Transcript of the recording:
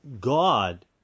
God